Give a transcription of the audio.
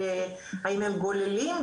האם הם גוללים,